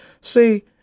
See